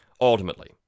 ultimately